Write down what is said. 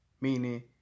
Meaning